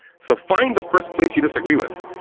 so find the first place you disagree with.